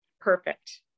perfect